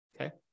Okay